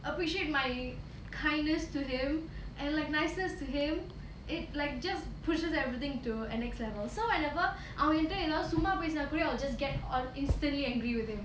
appreciate my kindness to him and like niceness to him it's like just pushes everything to the next level so whenever அவன்கிட்ட எதாவது சும்மா பேசினாகூடி:avankitta edhavadhu summaa pesinakoodi I'll just get on instantly angry with him